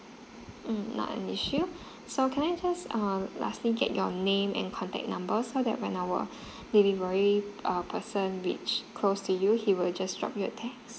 mm not an issue so can I just um lastly get your name and contact numbers so that when our delivery uh person reach close to you he will just drop you a text